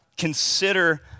consider